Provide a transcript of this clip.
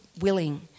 willing